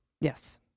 Yes